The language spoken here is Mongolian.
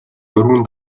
дөрвөн